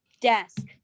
desk